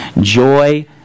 Joy